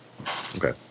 Okay